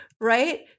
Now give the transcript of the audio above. Right